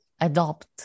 adopt